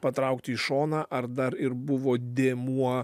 patraukti į šoną ar dar ir buvo dėmuo